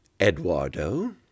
Eduardo